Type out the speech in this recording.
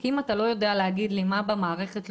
אם אתה לא יודע להגיד לי מה לא בסדר